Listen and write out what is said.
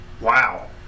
Wow